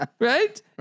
right